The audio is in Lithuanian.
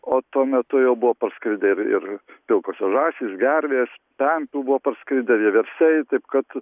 o tuo metu jau buvo parskridę ir ir pilkosios žąsys gervės pempių buvo parskridę vieversiai taip kad